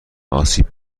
آسیب